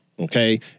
Okay